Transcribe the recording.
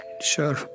Sure